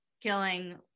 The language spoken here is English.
killing